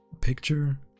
Picture